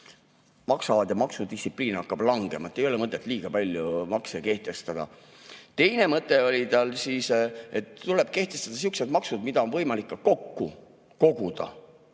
nende maksudistsipliin hakkab langema. Ei ole mõtet liiga palju makse kehtestada. Teine mõte oli tal see, et tuleb kehtestada sihukesed maksud, mida on võimalik ka kokku koguda.